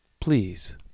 please